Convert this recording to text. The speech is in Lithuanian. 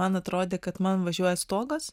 man atrodė kad man važiuoja stogas